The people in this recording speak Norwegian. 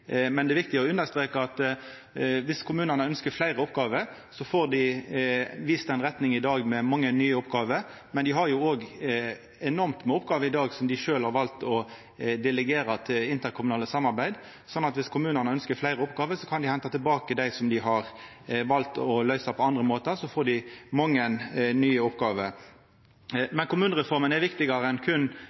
Men det er viktig å understreka at dersom kommunane ønskjer fleire oppgåver, får dei vist ei retning i dag med mange nye oppgåver. Men dei har òg enormt med oppgåver i dag som dei sjølve har valt å delegera til interkommunale samarbeid, slik at dersom kommunane ønskjer fleire oppgåver, kan dei henta tilbake dei som dei har valt å løysa på andre måtar, så får dei mange nye oppgåver. Kommunereforma er viktigare enn